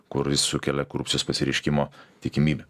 kuris sukelia korupcijos pasireiškimo tikimybę